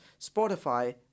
Spotify